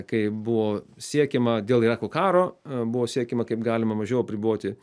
kai buvo siekiama dėl irako karo buvo siekiama kaip galima mažiau apriboti